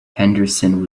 henderson